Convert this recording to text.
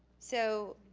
so,